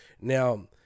Now